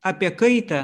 apie kaitą